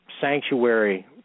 sanctuary